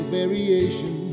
variation